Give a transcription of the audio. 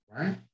right